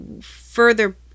further